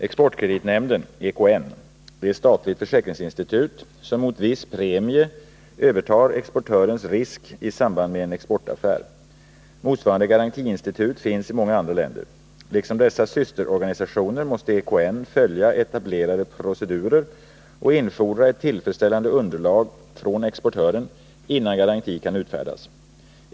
Exportkreditnämnden är ett statligt försäkringsinstitut, som mot viss premie övertar exportörens risk i samband med en exportaffär. Motsvarande garantiinstitut finns i många andra länder. Liksom dessa systerorganisationer måste EKN följa etablerade procedurer och infordra ett tillfredsställande underlag från exportören, innan garanti kan utfärdas.